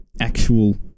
actual